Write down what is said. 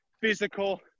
physical